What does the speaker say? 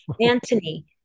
Anthony